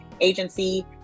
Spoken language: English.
agency